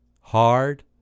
hard